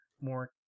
more